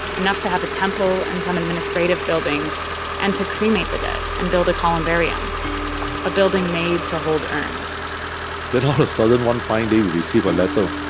enough to have a temple and some administrative buildings and to cremate the dead and build a columbarium a building made to hold urns then all of a sudden, one fine day, we received a letter.